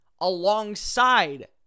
alongside